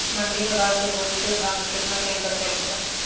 मंडी के भाव से होलसेल भाव मे केतना के अंतर चलत बा?